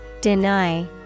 Deny